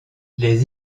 les